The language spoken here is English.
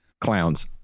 clowns